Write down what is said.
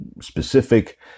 specific